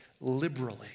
liberally